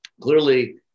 clearly